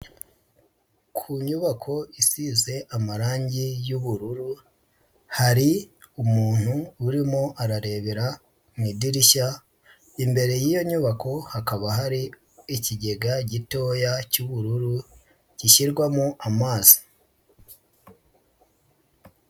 Ku nyubako isize amarangi y'ubururu, hari umuntu urimo ararebera mu idirishya, imbere yiyo nyubako hakaba hari ikigega gitoya cy'ubururu gishyirwamo amazi.